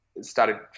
started